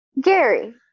Gary